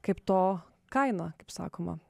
kaip to kaina kaip sakoma